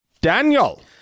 Daniel